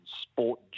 sport